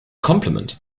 compliment